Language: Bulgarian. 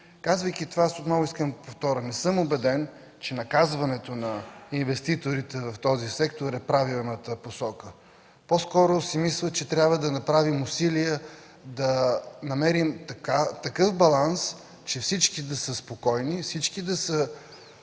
Казвайки това, искам отново да повторя: не съм убеден, че наказването на инвеститорите в този сектор е правилната посока. По скоро си мисля, че трябва да направим усилия да намерим такъв баланс, че всички да са спокойни, всички да са